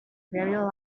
very